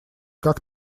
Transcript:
как